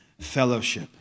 Fellowship